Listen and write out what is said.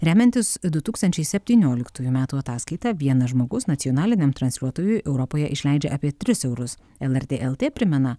remiantis du tūkstančiai septynioliktųjų metų ataskaita vienas žmogus nacionaliniam transliuotojui europoje išleidžia apie tris eurus lrt lt primena